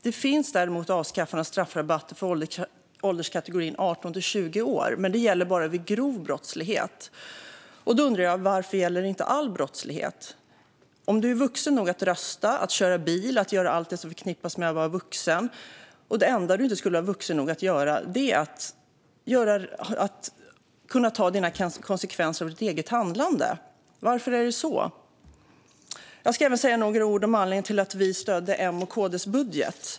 Det finns däremot avskaffande av straffrabatt för ålderskategorin 18-20 år, men detta gäller bara vid grov brottslighet. Jag undrar varför det inte gäller all brottslighet. Man är vuxen nog att rösta, köra bil och göra allt det som förknippas med att vara vuxen, men det enda man inte skulle vara vuxen nog att göra är att ta konsekvenserna av sitt eget handlande. Varför är det så? Jag ska även säga några ord om anledningen till att vi stödde M:s och KD:s budget.